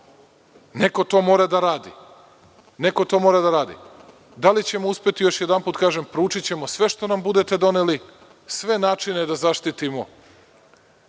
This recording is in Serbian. izvozimo. Ali, nemamo. Neko to mora da radi. Da li ćemo uspeti? Još jedanput kažem, proučićemo sve što nam budete doneli, sve načine da zaštitimo